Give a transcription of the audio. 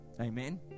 Amen